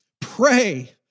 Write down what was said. pray